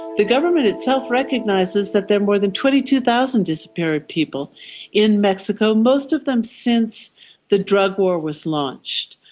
the government itself recognises that there are more than twenty two thousand disappeared people in mexico, most of them since the drug war was launched.